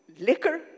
liquor